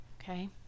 okay